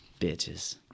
Bitches